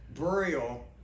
burial